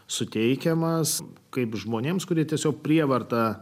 suteikiamas kaip žmonėms kurie tiesiog prievarta